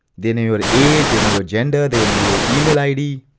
they know your age, they know your gender, they know your email id,